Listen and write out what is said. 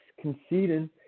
conceding